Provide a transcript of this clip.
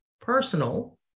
personal